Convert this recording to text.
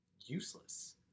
useless